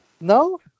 No